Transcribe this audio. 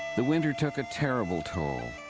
the winter took a terrible toll.